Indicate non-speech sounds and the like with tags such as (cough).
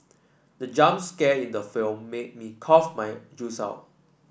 the jump scare in the film made me cough my (unintelligible)